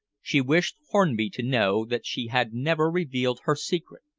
she wished hornby to know that she had never revealed her secret.